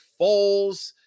Foles